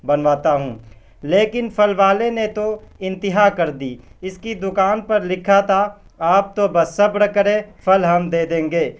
بنواتا ہوں لیکن پھل والے نے تو انتہا کر دی اس کی دکان پر لکھا تھا آپ تو بس صبر کرے پھل ہم دے دیں گے